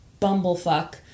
bumblefuck